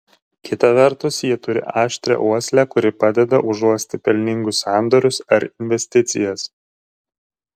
kita vertus jie turi aštrią uoslę kuri padeda užuosti pelningus sandorius ar investicijas